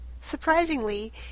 Surprisingly